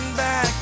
back